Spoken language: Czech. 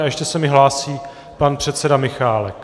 A ještě se mi hlásí pan předseda Michálek.